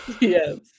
yes